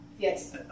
Yes